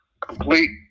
complete